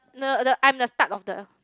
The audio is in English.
no no the I'm the start of the